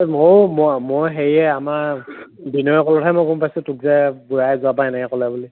ময়ো ম মই হেৰিয়ে আমাৰ বিনয়ে ক'লতহে মই গম পাইছোঁ তোক যে বুঢ়াই যোৱাবাৰ এনেকৈ ক'লে বুলি